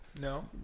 no